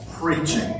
preaching